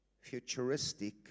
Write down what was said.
futuristic